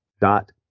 dot